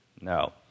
no